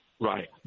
right